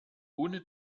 ohne